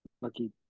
lucky